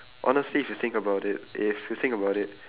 honestly if you think about it if you think about it